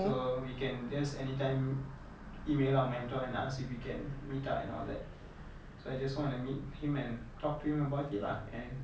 so we can just anytime email our mentor and ask if we can meet up and all that so I just wanna meet him and talk to him about it lah and